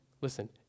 listen